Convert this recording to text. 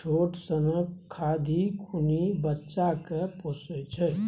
छोट सनक खाधि खुनि बच्चा केँ पोसय छै